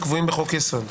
גלעד, בבקשה.